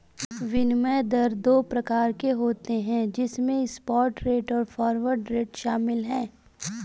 विनिमय दर दो प्रकार के होते है जिसमे स्पॉट रेट और फॉरवर्ड रेट शामिल है